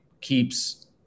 keeps